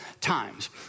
Times